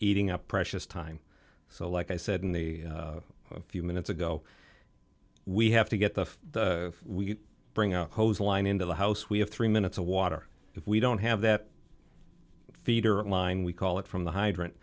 eating up precious time so like i said in the few minutes ago we have to get the if we bring our hose line into the house we have three minutes of water if we don't have that feeder line we call it from the hydrant